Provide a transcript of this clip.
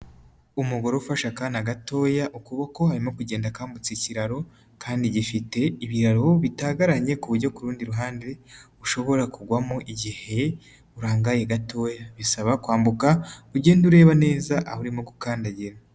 Umugore ufashe akanya gatoya ukuboko arimo kugenda akambutse ikiraro kandi gifite ibiraro bitagaranye ku buryo kurundi ruhande ushobora kugwamo igihe urangaye gatoya, bisaba kwambuka ugenda ureba neza aho urimo gukandagira.